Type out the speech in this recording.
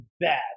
bad